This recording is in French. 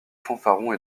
fanfarons